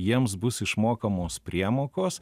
jiems bus išmokamos priemokos